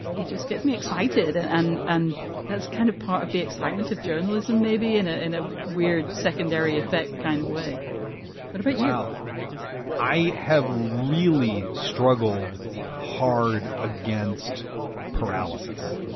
it just gets me excited. and and and that's kind of part of the excitement of journalism, maybe in ah in a weird secondary effect kind of way but but yeah now, i have really struggled hard against paralysis